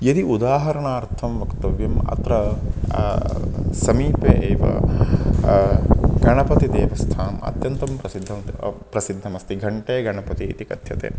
यदि उदाहरणार्थं वक्तव्यम् अत्र समीपे एव गणपतिदेवस्थानम् अत्यन्तं प्रसिद्धं प्रसिद्धम् अस्ति घण्टे गणपतिः इति कथ्यते